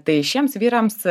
tai šiems vyrams